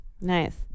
Nice